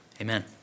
amen